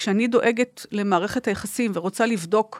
שאני דואגת למערכת היחסים ורוצה לבדוק